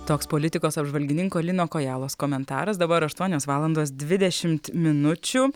toks politikos apžvalgininko lino kojalos komentaras dabar aštuonios valandos dvidešimt minučių